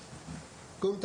קום,